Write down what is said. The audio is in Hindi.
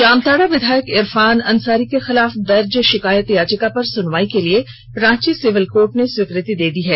जामताड़ा विधायक इरफान अंसारी के खिलाफ दर्ज शिकायत याचिका पर सुनवाई के लिए रांची सिविल कोर्ट ने स्वीकृति दे दी है